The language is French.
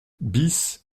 bis